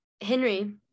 Henry